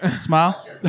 Smile